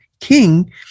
king